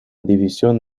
división